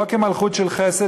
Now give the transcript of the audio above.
לא כמלכות של חסד,